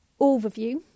overview